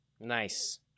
Nice